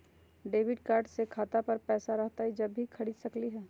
Debit card से खाता पर पैसा रहतई जब ही खरीद सकली ह?